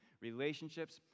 relationships